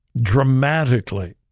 dramatically